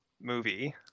movie